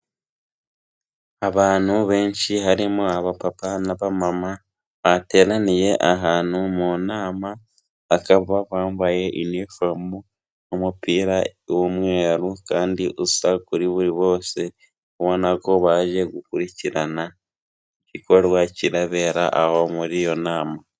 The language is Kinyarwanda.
Abantu benshi harimo abapapa n' abamama, bateraniye ahantu mu nama, bakaba bambaye inifomo, umupira w'umweru kandi usa kuri buri bose, ubona ko baje gukurikirana igikorwa kirabera aho muri iyo nama.